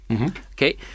Okay